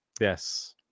Yes